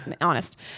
honest